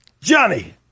Johnny